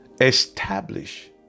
Establish